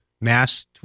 mass